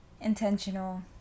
intentional